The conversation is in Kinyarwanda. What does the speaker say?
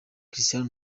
cristiano